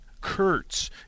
Kurtz